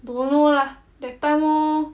don't know lah that time lor